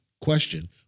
question